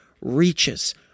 reaches